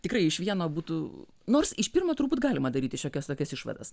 tikrai iš vieno būtų nors iš pirmo turbūt galima daryti šiokias tokias išvadas